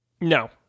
No